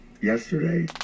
yesterday